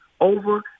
over